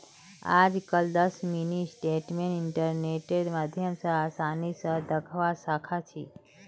आजकल दस mini statement इन्टरनेटेर माध्यम स आसानी स दखवा सखा छी